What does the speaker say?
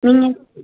நீங்க